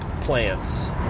plants